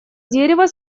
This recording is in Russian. дерева